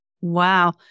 Wow